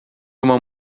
uma